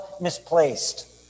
misplaced